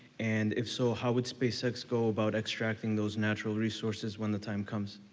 and if so, how would spacex go about extracting those natural resources when the time comes?